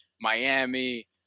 Miami